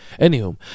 Anywho